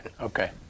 Okay